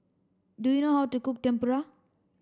do you know how to cook Tempura